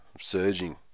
surging